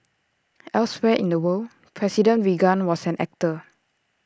elsewhere in the world president Reagan was an actor